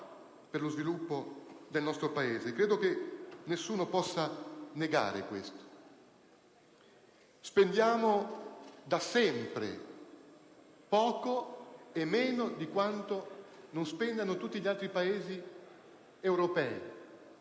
per lo sviluppo del nostro Paese. Credo che nessuno possa negare questo. Spendiamo da sempre poco, e meno di quanto non spendano tutti gli altri Paesi europei,